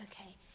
okay